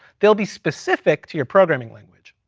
they'll be specific to your programming language.